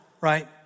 right